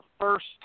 first